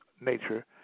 nature